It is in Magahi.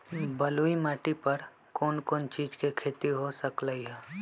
बलुई माटी पर कोन कोन चीज के खेती हो सकलई ह?